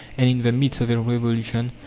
and in the midst of a revolution,